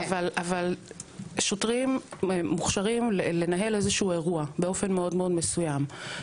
אבל שוטרים מוכשרים לנהל איזשהו אירוע באופן מאוד מאוד מסוים.